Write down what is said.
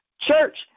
church